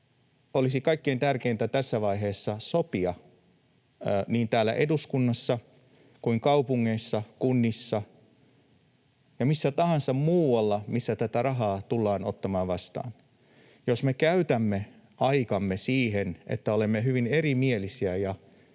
olisi kaikkein tärkeintä tässä vaiheessa sopia niin täällä eduskunnassa kuin kaupungeissa, kunnissa ja missä tahansa muualla, missä tätä rahaa tullaan ottamaan vastaan. Jos me käytämme aikamme siihen, että olemme hyvin erimielisiä ja